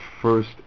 first